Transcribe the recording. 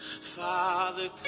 Father